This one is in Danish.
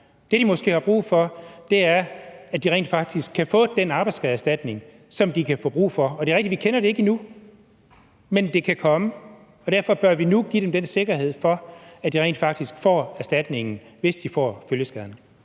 Det, de måske har brug for, er, at de rent faktisk kan få den arbejdsskadeerstatning, som de kan få brug for. Og det er rigtigt, at vi ikke kender det endnu, men det kan komme, og derfor bør vi nu give dem den sikkerhed, at de rent faktisk får erstatningen, hvis de får følgeskaderne.